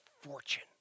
fortune